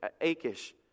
Achish